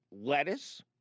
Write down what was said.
Lettuce